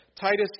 Titus